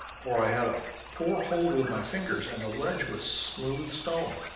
for i had a poor hold with my fingers, and the ledge was smooth stone.